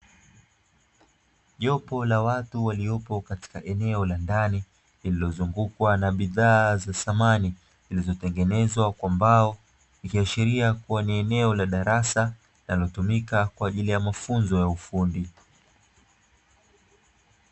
Jopo la watu waliopo katika eneo la ndani lililozungukwa na bidhaa za samani, zilizotengenezwa kwa mbao ikiashiria kuwa ni eneo la darasa. Linalotumika kwa ajili ya mafunzo ya ufundi.